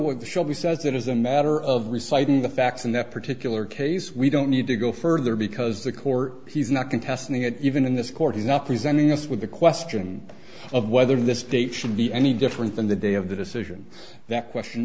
the shall be says it is a matter of reciting the facts in that particular case we don't need to go further because the core he's not contesting it even in this court has not presented us with the question of whether this date should be any different than the day of the decision that question